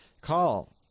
call